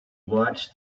watched